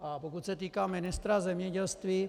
A pokud se týká ministra zemědělství.